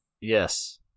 Yes